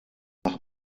nach